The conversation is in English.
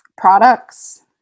products